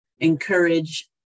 encourage